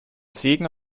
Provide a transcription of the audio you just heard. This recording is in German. segen